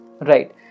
Right